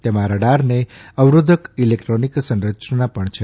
તેમાં રડારને અવરોધક ઇલેક્ટ્રોનિક સંરચના પણ છે